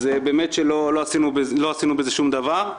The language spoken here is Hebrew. אז לא עשינו שום דבר.